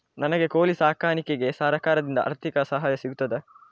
ನನಗೆ ಕೋಳಿ ಸಾಕಾಣಿಕೆಗೆ ಸರಕಾರದಿಂದ ಆರ್ಥಿಕ ಸಹಾಯ ಸಿಗುತ್ತದಾ?